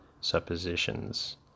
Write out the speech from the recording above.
suppositions